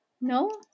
No